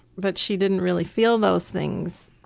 but she didn't really feel those things,